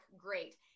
Great